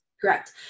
correct